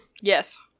yes